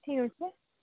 ଠିକ୍ ଅଛି